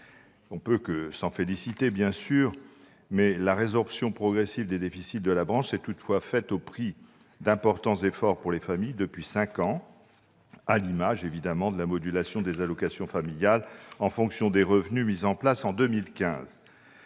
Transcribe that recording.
ne peut que s'en féliciter. La résorption progressive des déficits de la branche s'est toutefois faite au prix d'importants efforts pour les familles depuis cinq ans, à l'image de la modulation des allocations familiales en fonction des revenus, mise en place en 2015.